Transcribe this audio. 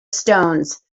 stones